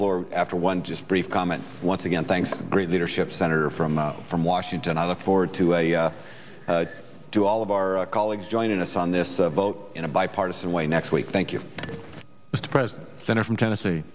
floor after one just brief comment once again thanks great leadership senator from from washington i look forward to to all of our colleagues joining us on this vote in a bipartisan way next week thank you mr president center from tennessee